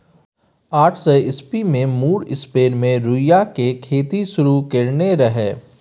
आठ सय ईस्बी मे मुर स्पेन मे रुइया केर खेती शुरु करेने रहय